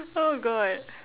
oh god